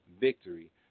victory